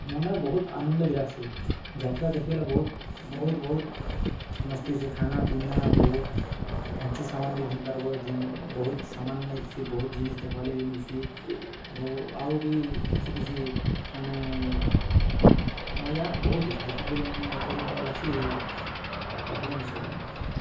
ମନେ ବହୁତ୍ ଆନନ୍ଦ ବି ଲାଗ୍ସି ଯାତ୍ରା ଦେଖିଗଲେ ବହୁତ୍ ବହୁତ୍ ବହୁତ୍ ମସ୍ତି ହେସି ଖାନା ପିନା ବହୁତ୍ ଫେନ୍ସି ସାମାନ୍ ବି ଘିନି ପାର୍ବ ବହୁତ୍ ସାମାନ୍ ମାନେ ଆଇଥିସି ବହୁତ୍ ଜିନିଷ୍ ଦେଖ୍ବାର୍ଲାଗି ବି ମିଲ୍ସି ବହୁ ଆଉ ବି କିଛି କିଛି ମାନେ ମଜା ବହୁତ୍ ଅଛି ଦେଖିକରି ମାନେ ଏପରି ମଜା ଲାଗ୍ସି କହେଲେ ନେ ସରେନ